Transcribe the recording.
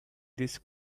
this